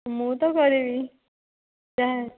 ମୁଁ ତ କରିବି ଯାହା